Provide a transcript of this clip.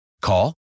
Call